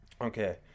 Okay